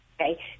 okay